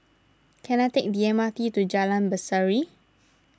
can I take the M R T to Jalan Berseri